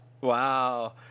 wow